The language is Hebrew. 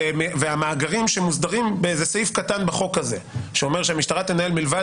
והמאגרים שמוסדרים בסעיף קטן בחוק הזה שאומר שהמשטרה תנהל מלבד